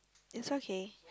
it's okay